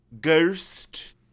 Ghost